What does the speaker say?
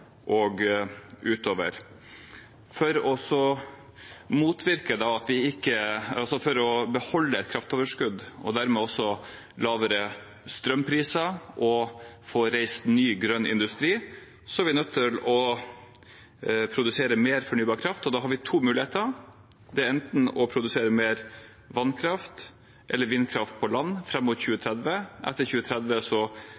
og utover. For å beholde et kraftoverskudd og dermed også lavere strømpriser og få reist ny grønn industri er vi nødt til å produsere mer fornybar kraft, og da har vi to muligheter: Det er enten å produsere mer vannkraft eller å produsere vindkraft på land fram mot